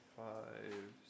five